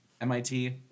MIT